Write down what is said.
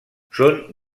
són